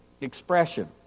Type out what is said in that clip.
expression